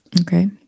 Okay